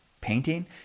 painting